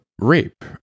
rape